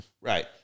right